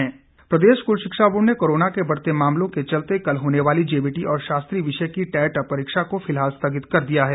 पुरीक्षा स्थगित प्रदेश स्कूल शिक्षा बोर्ड ने कोरोना के बढ़ते मामलों के चलते कल होने वाली जेबीटी और शास्त्री विषय की टैट परीक्षा को फिलहाल स्थगित कर दिया है